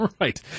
Right